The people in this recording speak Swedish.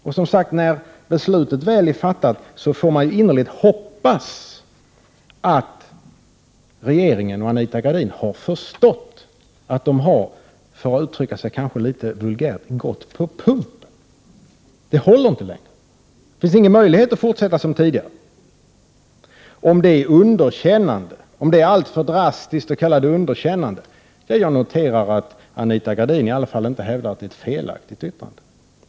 Man får innerligt hoppas, när beslutet väl är fattat, att regeringen och Anita Gradin har förstått att de har, kanske något vulgärt uttryckt, gått på pumpen. Resonemanget håller inte längre. Det finns ingen möjlighet att fortsätta som tidigare. Det är kanske alltför drastiskt att kalla det hela för ett underkännande, men jag noterar att Anita Gradin i varje fall inte hävdar att detta är ett felaktigt yttrande.